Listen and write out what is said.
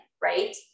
right